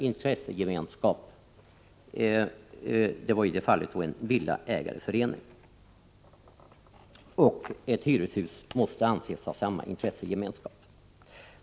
I det fallet var det en villaägareförening. Ett hyreshus måste anses ha samma intressegemenskap.